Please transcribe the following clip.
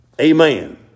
Amen